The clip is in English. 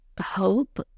hope